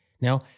Now